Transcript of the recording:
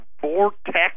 vortex